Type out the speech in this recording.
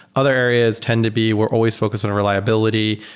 other areas tend to be we're always focused on reliability.